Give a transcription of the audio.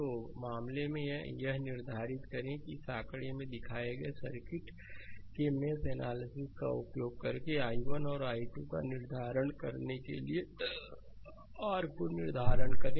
तो इस मामले में यह निर्धारित करें कि इस आंकड़े में दिखाए गए सर्किट के मेष एनालिसिस का उपयोग करके i1 और i2 का निर्धारण करने के लिए r को निर्धारित करें